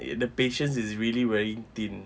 the patience is really wearing thin